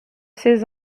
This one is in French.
ses